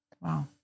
Wow